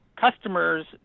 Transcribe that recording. customers